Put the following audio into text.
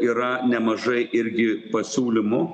yra nemažai irgi pasiūlymų